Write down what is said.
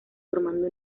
formando